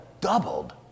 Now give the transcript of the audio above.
doubled